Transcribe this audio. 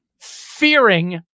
fearing